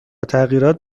تغییرات